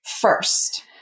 first